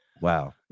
Wow